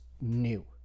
new